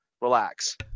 relax